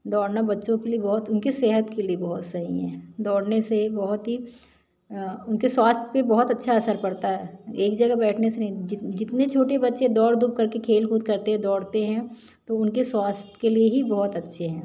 दौड़ना बच्चों के लिए बहुत उनकी सेहत के लिए बहुत सही हैं दौड़ने से बहुत ही उनके स्वास्थय पर बहुत अच्छा असर पड़ता है एक जगह बैठने से नहीं जितने छोटे बच्चे दौड़ धूप करके खेल कूद करते हैं दौड़ते हैं तो उनके स्वास्थय के लिए ही बहुत अच्छे हैं